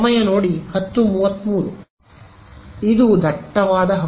ಇದು ದಟ್ಟವಾದ ಹಕ್ಕು